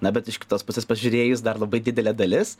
na bet iš kitos pusės pažiūrėjus dar labai didelė dalis